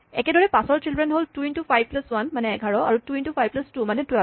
একেদৰে পাঁচৰ চিল্ড্ৰেন হ'ল two into five plus one মানে ১১ আৰু two into five plus two মানে টুৱেল্ভ